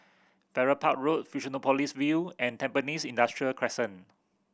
Farrer Park Road Fusionopolis View and Tampines Industrial Crescent